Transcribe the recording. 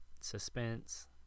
suspense